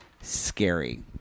scary